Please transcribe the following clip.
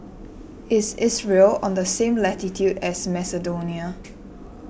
is Israel on the same latitude as Macedonia